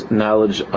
knowledge